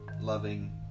loving